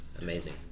amazing